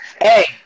Hey